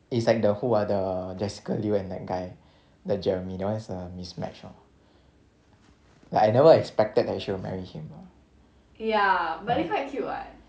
it's like the who ah the jessica liu and that guy the jeremy that is a mismatch orh like I never expected that she'll marry him lor very quite cute lah